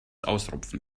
ausrupfen